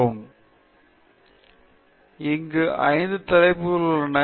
நான் குறிப்பிட்டுள்ளபடி இது ஐம்பது நிமிடங்களுக்கு மேல் செய்ய வேண்டும் என்பதுதான்